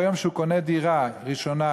וביום שהוא קונה דירה ראשונה,